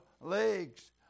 legs